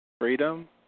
Freedom